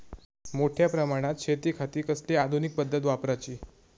मोठ्या प्रमानात शेतिखाती कसली आधूनिक पद्धत वापराची?